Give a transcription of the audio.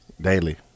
Daily